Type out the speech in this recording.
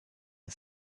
and